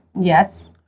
Yes